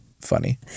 funny